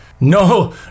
no